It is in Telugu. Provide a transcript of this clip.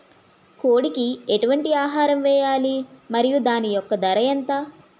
కోడి కి ఎటువంటి ఆహారం వేయాలి? మరియు దాని యెక్క ధర ఎంత?